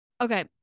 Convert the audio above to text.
Okay